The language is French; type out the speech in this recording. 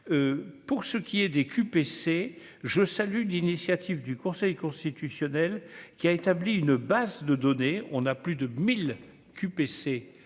pour ce qui est des QPC je salue l'initiative du Conseil constitutionnel qui a établi une base de données, on a plus de 1000 QPC